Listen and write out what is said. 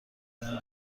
بهم